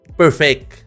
perfect